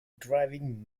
driving